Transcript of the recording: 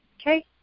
Okay